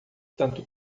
tanto